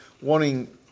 wanting